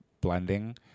blending